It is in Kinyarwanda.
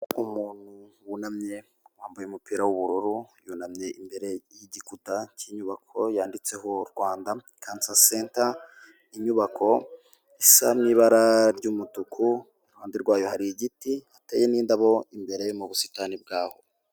Umuntu wunamye wambaye umupira w'ubururu, yunamye imbere y'igikuta cy'inyubako yanditseho Rwanda Cancer Center, inyubako isa n'ibara ry'umutuku, iruhande rwayo hari igiti, hateye n'indabo imbere mu busitani bwaho.